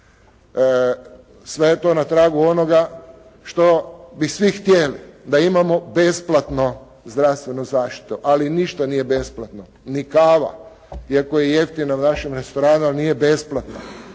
Sve je to na tragu onoga što bi svi htjeli da imamo besplatnu zdravstvenu zaštitu, ali ništa nije besplatno, ni kava. Iako je jeftina u našem restoranu, ali nije besplatna.